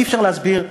אי-אפשר להסביר,